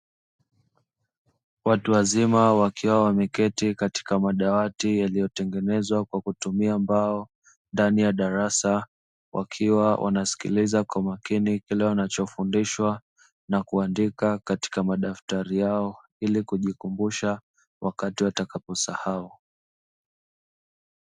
Watu wazima wakiwa wameketi katika madawati yaliyo tengenezwa kwa kutumia mbao. Ndani ya darasa wakiwa wanasikiliza kwa makini kile wanachofundishwa na kuandika katika madaftari yao ili kujikumbusha wakati watakaposahau.